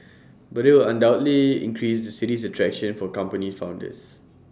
but IT will undoubtedly increase the city's attraction for company founders